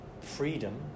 freedom